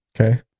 Okay